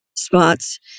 spots